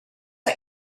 are